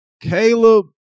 Caleb